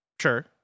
sure